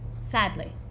sadly